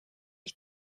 ich